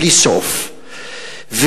בלי סוף,